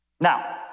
Now